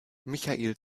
michael